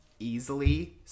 easily